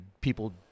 people